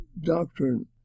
doctrine